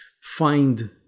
find